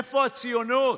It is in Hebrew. איפה הציונות?